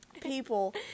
People